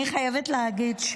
אני חייבת להגיד,